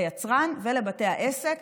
היצרן ובתי העסק,